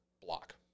block